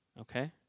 okay